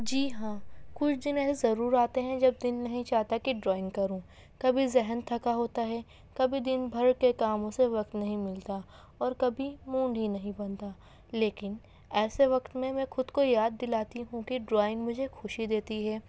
جی ہاں کچھ دن ایسے ضرور آتے ہیں جب دن نہیں چاہتا کہ ڈرائنگ کروں کبھی ذہن تھکا ہوتا ہے کبھی دن بھر کے کاموں سے وقت نہیں ملتا اور کبھی مونڈ ہی نہیں بنتا لیکن ایسے وقت میں میں خود کو یاد دلاتی ہوں کہ ڈرائنگ مجھے خوشی دیتی ہے